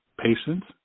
patients